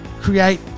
create